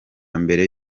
mbere